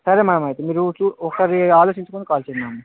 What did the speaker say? సరే మ్యామ్ అయితే మీరు ఒకసారి ఆలోచించుకుని కాల్ చేయండి మ్యామ్